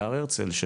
בהר הרצל,